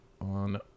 on